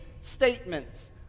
statements